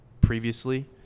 previously